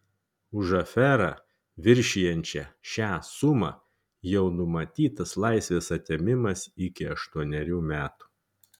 už aferą viršijančią šią sumą jau numatytas laisvės atėmimas iki aštuonerių metų